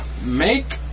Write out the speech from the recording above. make-